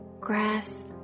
grass